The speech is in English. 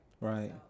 right